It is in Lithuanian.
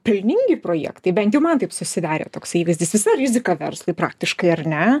pelningi projektai bent jau man taip susidarė toks įvaizdis visa rizika verslui praktiškai ar ne